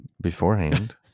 beforehand